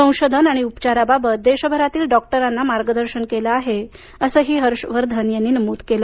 संशोधन आणि उपचाराबाबत देशभरातील डॉक्टरांना मार्गदर्शन केलं आहे असंही हर्ष वर्धन यांनी नमूद केलं